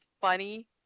funny